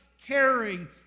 caring